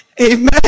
Amen